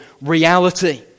reality